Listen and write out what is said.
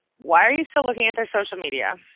why are you still looking at their social media.